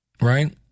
Right